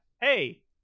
hey